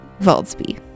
Valdsby